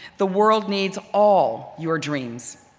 the world needs all your dreams.